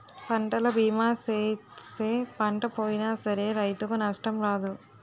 పంటల బీమా సేయిస్తే పంట పోయినా సరే రైతుకు నష్టం రాదు